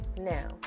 now